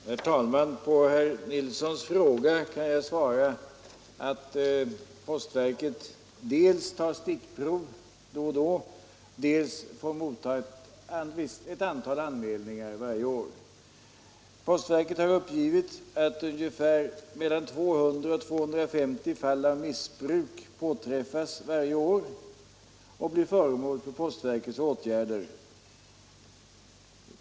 Herr talman! På herr Nilssons i Agnäs fråga kan jag svara att postverket dels tar stickprov då och då, dels får motta ett antal anmälningar varje år. Postverket har uppgivit att mellan 200 och 250 fall av missbruk påträffas varje år och blir föremål för postverkets åtgärder.